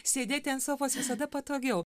sėdėti ant sofos visada patogiau